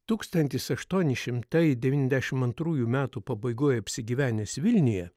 tūkstantis aštuoni šimtai devyniasdešim antrųjų metų pabaigoj apsigyvenęs vilniuje